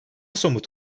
somut